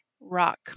rock